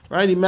Right